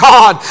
God